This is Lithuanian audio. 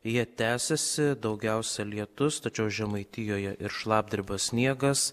jie tęsiasi daugiausia lietus tačiau žemaitijoje ir šlapdriba sniegas